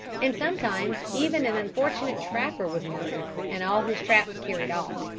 and sometimes even an unfortunate trapper was murdered, and all his traps carried off.